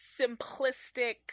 simplistic